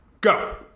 Go